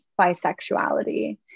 bisexuality